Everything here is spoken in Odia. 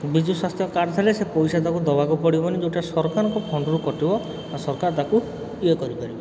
ବିଜୁ ସ୍ୱାସ୍ଥ କାର୍ଡ଼ ଥିଲେ ସେ ପଇସା ତାକୁ ଦେବାକୁ ପଡ଼ିବନି ଯେଉଁଟା ସରକାରଙ୍କ ଫଣ୍ଡରୁ କଟିବ ସରକାର ତାକୁ ଇଏ କରିପାରିବେ